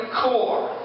core